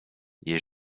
jej